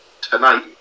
tonight